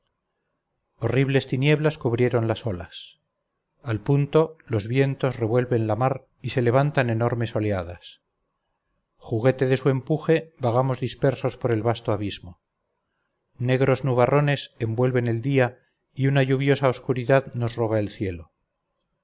horribles tinieblas cubrieron las olas al punto los vientos revuelven la mar y se levantan enormes oleadas juguete de su empuje vagamos dispersos por el vasto abismo negros nubarrones envuelven el día y una lluviosa oscuridad nos roba el cielo